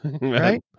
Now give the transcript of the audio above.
Right